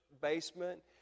basement